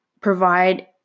provide